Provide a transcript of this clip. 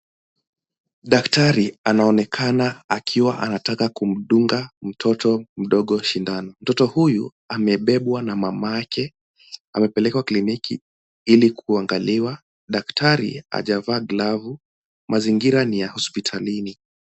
Daktari anaonekana akiwa anataka kumdunga mtoto mdogo sindano. Mtoto huyu amebewa na mama yake, amepelekwa kliniki ili kuangaliwa. Daktari hajavaa glavu. Mazingira ni ya hospitalini.